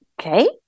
Okay